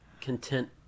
content